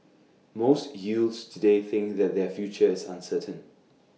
most youths today think that their future is uncertain